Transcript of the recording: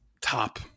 top